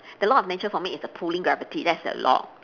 the law of nature for me is the pulling gravity that's the law